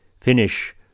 finish